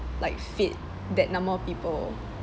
like fit that number of people